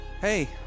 hey